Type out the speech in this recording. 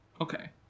Okay